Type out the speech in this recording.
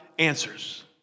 answers